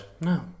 no